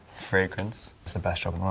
fragrance. it's the best job